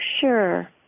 sure